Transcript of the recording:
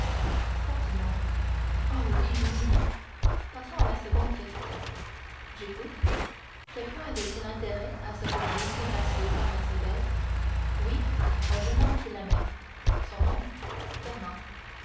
continuons oh oui oui passons à la seconde question j'écoute quelqu'un avait il intérêt à ce que vous n'épousassiez pas mercédès oui un jeune homme qui l'aimait son nom